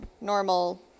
normal